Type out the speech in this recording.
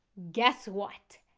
guess what?